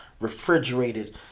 refrigerated